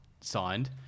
signed